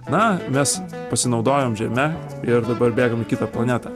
na mes pasinaudojom žeme ir dabar bėgam į kitą planetą